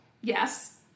Yes